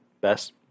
best